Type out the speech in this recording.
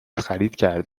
خریده